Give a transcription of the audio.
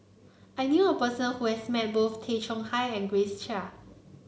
I knew a person who has met both Tay Chong Hai and Grace Chia